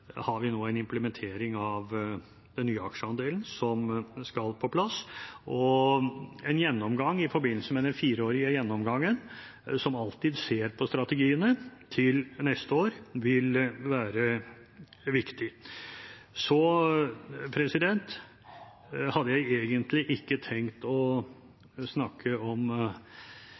har vi nå en implementering av den nye aksjeandelen som skal på plass, og en gjennomgang til neste år i forbindelse med den fireårige gjennomgangen som alltid skjer med strategiene, vil være viktig. Jeg hadde egentlig ikke tenkt å være veldig politisk retorisk her, men jeg kan egentlig ikke